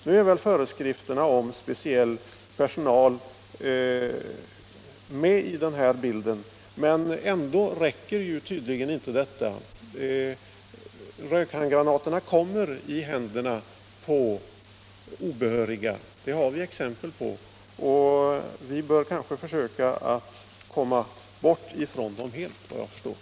Nu är väl föreskrifterna om speciell personal med i den här bilden, men det räcker tydligen inte. Rökhandgranaterna kommer i händerna på obehöriga, det har vi exempel på, och vi bör kanske därför försöka att helt komma bort från användningen av dem.